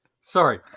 Sorry